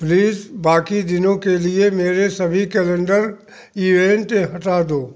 please बाकी दिनों के लिए मेरे सभी कैलेंडर ईवेंट हटा दो